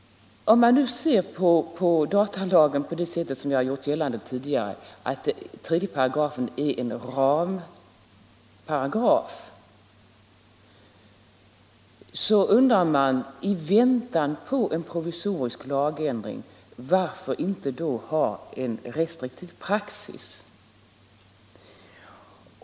Om man nu ser på datalagen på det sätt som jag har skisserat tidigare, att 3§ är en ramparagraf, så undrar man: Varför inte i väntan på en provisorisk lagändring ha en restriktiv praxis?